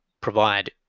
provide